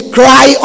cry